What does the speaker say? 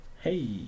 Hey